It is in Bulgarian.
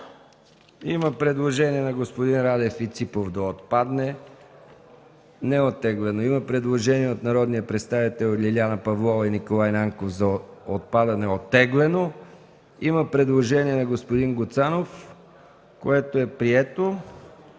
Има предложение на господин Радев и господин Ципов да отпадне. Не е оттеглено. Има предложение от народните представители Лиляна Павлова и Николай Нанков за отпадане – оттеглено. Има предложение на господин Гуцанов, което е прието,